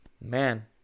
man